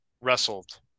Wrestled